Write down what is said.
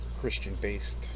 Christian-based